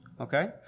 Okay